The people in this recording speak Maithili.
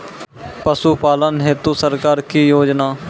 पशुपालन हेतु सरकार की योजना?